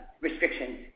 restrictions